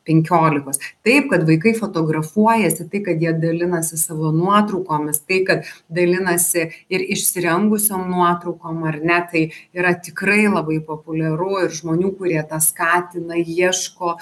penkiolikos taip kad vaikai fotografuojasi tai kad jie dalinasi savo nuotraukomis tai kad dalinasi ir išsirengusiom nuotraukom ar ne tai yra tikrai labai populiaru ir žmonių kurie tą skatina ieško